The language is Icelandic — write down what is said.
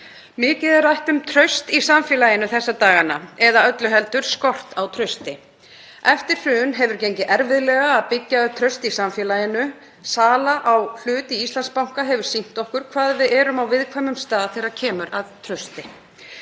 Mikið er rætt um traust í samfélaginu þessa dagana eða öllu heldur skort á trausti. Eftir hrun hefur gengið erfiðlega að byggja upp traust í samfélaginu. Sala á hlut í Íslandsbanka hefur sýnt okkur hvað við erum á viðkvæmum stað þegar kemur að trausti.